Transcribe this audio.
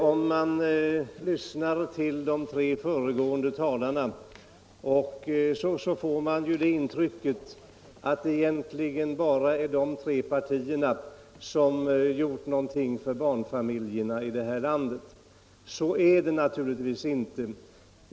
Herr talman! När jag lyssnade till de tre föregående talarna fick jag det intrycket att det egentligen bara skulle vara deras tre partier som har gjort någonting för barnfamiljerna här i landet. Så är det naturligtvis inte.